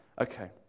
Okay